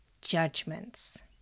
judgments